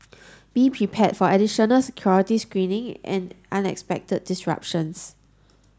be prepared for additional security screening and unexpected disruptions